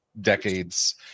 decades